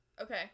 Okay